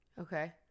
Okay